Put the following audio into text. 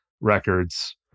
records